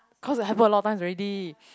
cause it happen a lot of times already